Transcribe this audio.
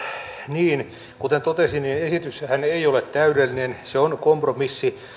niin kuten totesin esityshän ei ole täydellinen se on kompromissi